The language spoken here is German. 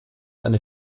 eine